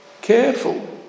careful